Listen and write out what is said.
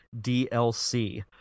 DLC